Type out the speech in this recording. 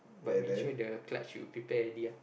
but make sure the clutch you prepare already ah